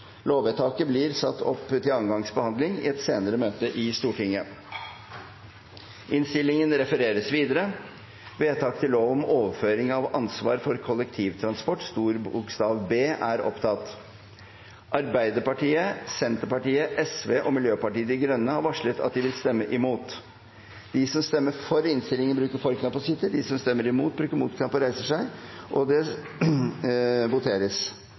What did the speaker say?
Lovvedtaket blir satt opp til annen gangs behandling i et senere møte i Stortinget. Videre var innstilt: B. Arbeiderpartiet, Senterpartiet, Sosialistisk Venstreparti og Miljøpartiet De Grønne har varslet at de vil stemme imot. Det voteres